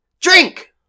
Drink